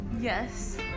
Yes